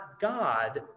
God